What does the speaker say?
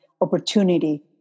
opportunity